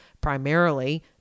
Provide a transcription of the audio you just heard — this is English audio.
primarily